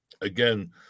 Again